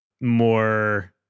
more